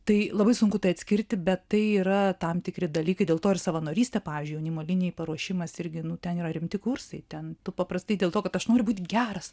tai labai sunku tai atskirti bet tai yra tam tikri dalykai dėl to ir savanorystė pavyzdžiui jaunimo linijai paruošimas irgi nu ten yra rimti kursai ten paprastai dėl to kad aš noriu būti geras